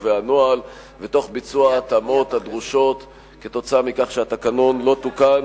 והנוהל והתאמות הנדרשות כתוצאה מכך שהתקנון לא תוקן